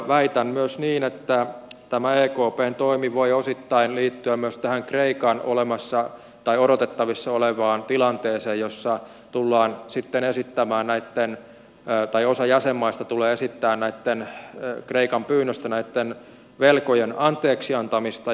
väitän myös että tämä ekpn toimi voi osittain liittyä myös tähän kreikan odotettavissa olevaan tilanteeseen jossa tullaan sitten esittämän väitteen pää tai osa jäsenmaista tulee esittämään kreikan pyynnöstä näitten velkojen anteeksi antamista